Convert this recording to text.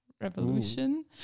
revolution